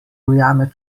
ujame